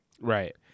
Right